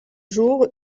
jour